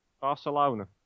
Barcelona